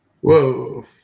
Whoa